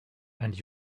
and